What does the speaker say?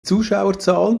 zuschauerzahlen